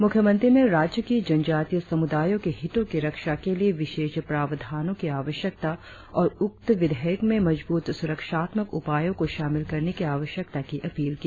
मुख्यमंत्री ने राज्य की जनजातीय समुदायों के हितों की रक्षा के लिए विशेष प्रावधानों की आवश्यकता और उत्क विधेयक में मजब्रत सुरक्षात्मक उपायों को शामिल करने की आवश्यकता की अपील की